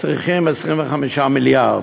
צריכים 25 מיליארד.